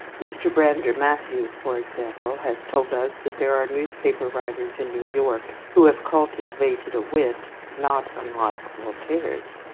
mr. brander matthews, for example, has told us that there are newspaper writers in new york who have cultivated a wit, not unlike voltaire's.